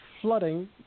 flooding